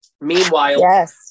Meanwhile